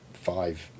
five